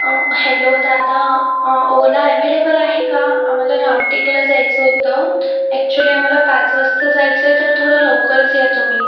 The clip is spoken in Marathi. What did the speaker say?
हॅलो दादा ओला अव्हेलेबल आहे का आम्हाला रामटेकला जायचं होतं ॲक्चुली आम्हाला पाच वाजता जायचं आहे तर थोडं लवकरच या तुम्ही